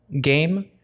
game